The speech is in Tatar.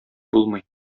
булмый